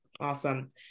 Awesome